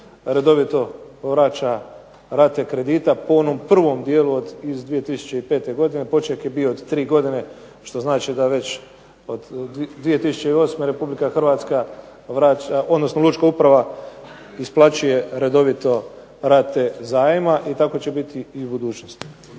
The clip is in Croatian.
redovito vraća rate kredita po onom prvom dijelu iz 2005. godine. a poček je bio od tri godine, što znači da već od 2008. Republika Hrvatska, odnosno Lučka uprava isplaćuje redovito rate zajma i tako će biti i u budućnosti.